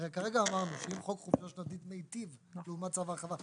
הרי כרגע אמרנו שאם חוק חופשה שנתית מיטיב לעומת צו ההרחבה,